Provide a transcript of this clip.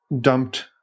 dumped